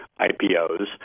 IPOs